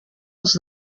els